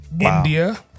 India